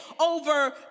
over